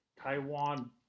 Taiwan